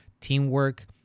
teamwork